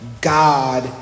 God